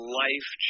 life